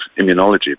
immunology